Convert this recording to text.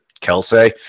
Kelsey